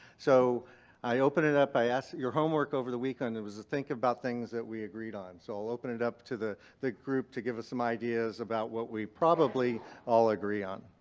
so i open it up. i asked your homework over the weekend and was to think about things that we agreed on. so i'll open it up to the the group to give us some ideas about what we probably all agree on.